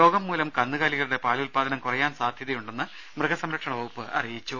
രോഗം മൂലം കന്നുകാലികളുടെ പാലുൽപ്പാദനം കുറയാൻ സാധ്യതയുണ്ടെന്ന് മൃഗസംരക്ഷണ വകുപ്പ് അറിയിച്ചു